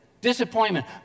disappointment